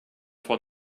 von